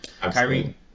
Kyrie